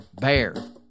BEAR